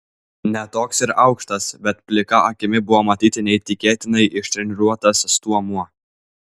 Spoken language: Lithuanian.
ne toks ir aukštas bet plika akimi buvo matyti neįtikėtinai ištreniruotas stuomuo